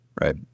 right